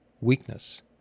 weakness